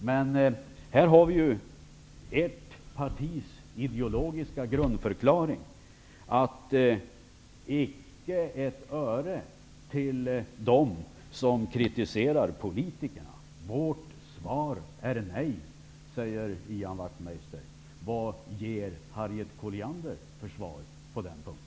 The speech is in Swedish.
Men här har vi ert partis ideologiska grundförklaring att icke ett öre skall ges till dem som kritiserar politikerna. Vårt svar är nej, säger Ian Wachtmeister. Vad ger Harriet Colliander för svar på den punkten?